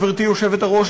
גברתי היושבת-ראש,